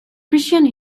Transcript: christian